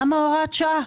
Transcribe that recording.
למה הוראת שעה?